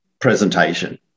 presentation